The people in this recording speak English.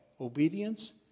Obedience